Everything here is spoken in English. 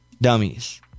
Dummies